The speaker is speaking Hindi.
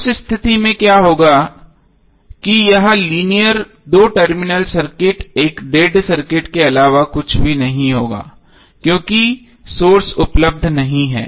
उस स्थिति में क्या होगा कि यह लीनियर दो टर्मिनल सर्किट एक डेड सर्किट के अलावा कुछ भी नहीं होगा क्योंकि कोई सोर्स उपलब्ध नहीं है